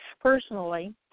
personally